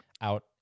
out